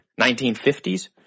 1950s